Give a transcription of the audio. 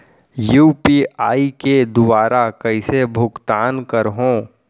UPI के दुवारा कइसे भुगतान करहों?